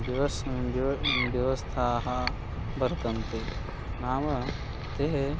व्यवस्थाः व्यवस्थाः व्यवस्थाः वर्तन्ते नाम ते